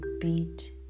beat